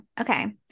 Okay